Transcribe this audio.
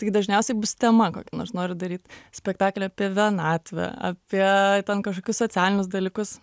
tai dažniausiai bus tema kokia nors noriu daryt spektaklį apie vienatvę apie kažkokius socialinius dalykus